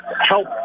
help